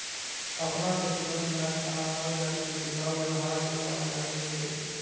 अपना से चुनल गाछ आ मालजाल में टिकाऊ व्यवहार से पहचानै छै